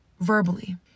verbally